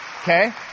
okay